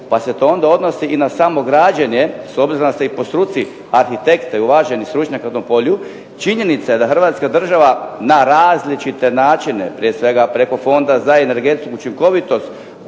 pa se to onda odnosi i na samo građenje s obzirom da ste i po struci arhitekta i uvaženi stručnjak na tom polju. Činjenica je da Hrvatska država na različite načine prije svega preko Fonda za energetsku učinkovitost